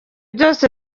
byose